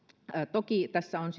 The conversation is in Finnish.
toki tässä on